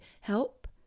help